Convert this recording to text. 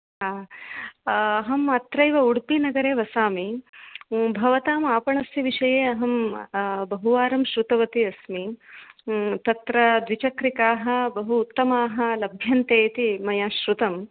हा अहम् अत्रैव उडुपिनगरे वसामि भवताम् आपणस्य विषये अहं बहुवारं श्रुतवती अस्मि तत्र द्विचक्रिकाः बहु उत्तमाः लभ्यन्ते इति मया श्रुतं